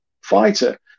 fighter